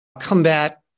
combat